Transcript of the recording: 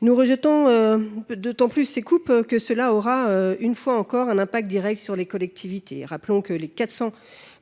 Nous rejetons d’autant plus ces coupes qu’elles auront, une fois encore, un impact direct sur les collectivités. Rappelons que 400